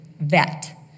vet